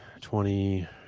twenty